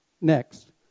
Next